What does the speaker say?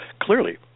clearly